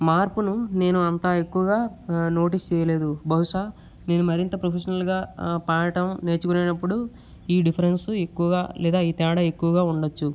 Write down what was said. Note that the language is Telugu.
మార్పును నేను అంత ఎక్కువగా నోటీస్ చేయలేదు బహుశా నేను మరి అంత ప్రొఫెషనల్గా పాడటం నేర్చుకునేటప్పుడు ఈ డిఫరెన్స్ ఎక్కువగా లేదా ఈ తేడా ఎక్కువగా ఉండచ్చు